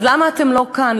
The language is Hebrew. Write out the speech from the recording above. אז למה אתם לא כאן?